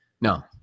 No